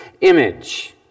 image